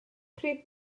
pryd